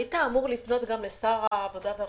היית אמור לפנות גם לשר העבודה והרווחה.